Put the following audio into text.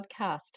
podcast